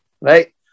right